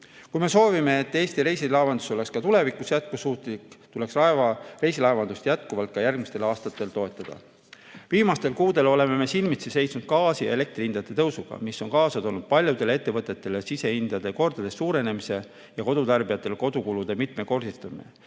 Kui me soovime, et Eesti reisilaevandus oleks ka tulevikus jätkusuutlik, tuleks reisilaevandust ka järgmistel aastatel toetada. Viimastel kuudel oleme silmitsi seisnud gaasi ja elektri hindade tõusuga, mis on kaasa toonud paljudele ettevõtetele sisendihindade kordades suurenemise ja kodutarbijatele kodukulude mitmekordistumise.